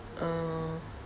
oh